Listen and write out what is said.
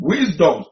Wisdom